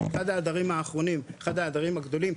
אחד העדרים האחרונים והגדולים,